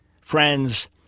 Friends